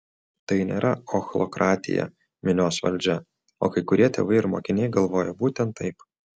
tai nėra ochlokratija minios valdžia o kai kurie tėvai ir mokiniai galvoja būtent taip